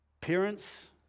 Parents